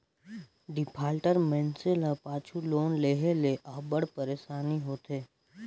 defaulter मइनसे ल पाछू लोन लेहे ले अब्बड़ पइरसानी होथे